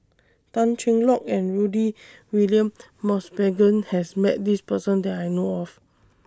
Tan Cheng Lock and Rudy William Mosbergen has Met This Person that I know of